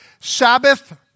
Sabbath